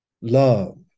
love